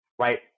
right